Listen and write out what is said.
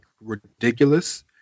ridiculous